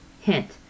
Hint